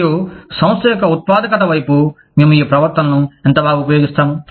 మరియు సంస్థ యొక్క ఉత్పాదకత వైపు మేము ఈ ప్రవర్తనలను ఎంత బాగా ఉపయోగిస్తాము